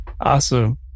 Awesome